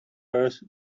burst